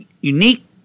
unique